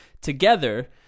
together